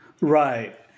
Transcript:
Right